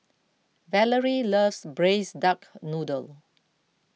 Valorie loves Braised Duck Noodle